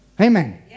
Amen